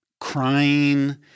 crying